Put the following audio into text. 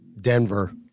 Denver